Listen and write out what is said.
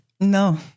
No